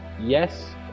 Yes